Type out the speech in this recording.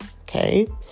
okay